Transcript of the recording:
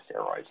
steroids